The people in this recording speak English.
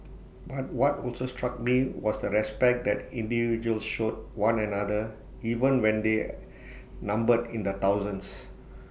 but what also struck me was the respect that individuals showed one another even when they numbered in the thousands